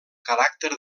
caràcter